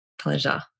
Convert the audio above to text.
Pleasure